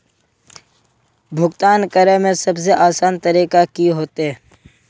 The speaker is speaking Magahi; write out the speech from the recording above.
भुगतान करे में सबसे आसान तरीका की होते?